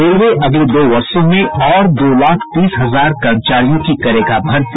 railway अगले दो वर्षों में और दो लाख तीस हजार कर्मचारियों की करेगा भर्ती